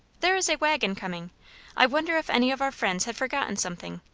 there is a waggon coming i wonder if any of our friends have forgotten something?